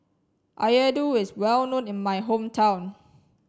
Laddu is well known in my hometown